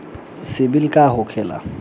सीबील का होखेला?